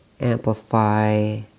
amplify